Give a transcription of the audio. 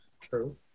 True